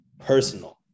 personal